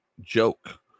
joke